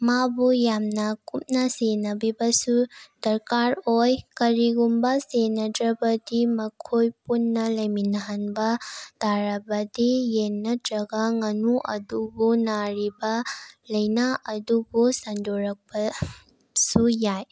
ꯃꯥꯕꯨ ꯌꯥꯝꯅ ꯀꯨꯞꯅ ꯁꯦꯟꯅꯕꯤꯕꯁꯨ ꯗꯔꯀꯥꯔ ꯑꯣꯏ ꯀꯔꯤꯒꯨꯝꯕ ꯁꯦꯟꯅꯗ꯭ꯔꯕꯗꯤ ꯃꯈꯣꯏ ꯄꯨꯟꯅ ꯂꯩꯃꯤꯟꯅꯍꯟꯕ ꯇꯥꯔꯕꯗꯤ ꯌꯦꯟ ꯅꯠꯇꯔꯒ ꯉꯥꯅꯨ ꯑꯗꯨꯕꯨ ꯅꯥꯔꯤꯕ ꯂꯩꯅꯥ ꯑꯗꯨꯕꯨ ꯁꯟꯗꯣꯔꯛꯄꯁꯨ ꯌꯥꯏ